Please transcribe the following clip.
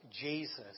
Jesus